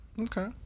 okay